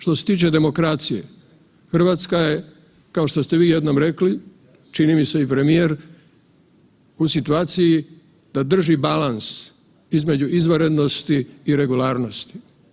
Što se tiče demokracije, Hrvatska je, kao što ste vi jednom rekli, čini mi se i premijer, u situaciji da drži balans između izvanrednosti i regularnosti.